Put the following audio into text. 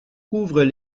couvrent